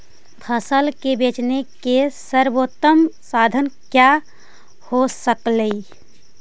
फसल के बेचने के सरबोतम साधन क्या हो सकेली?